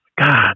God